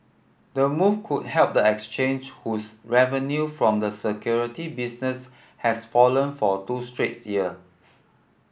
the move could help the exchange whose revenue from the security business has fallen for two straights years